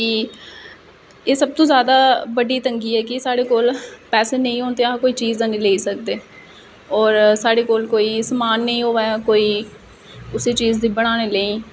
कि एह् सब तू ज्यादा बड्डी तंगी ऐ है कि साढ़े कोल पैसे नेईं होन ते अस कोई चीज नेई लेई सकदे और साढ़े कोल कोई समान नेई होऐ कोई कुसे चीज गी बनाने लेई